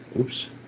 oops